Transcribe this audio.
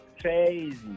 crazy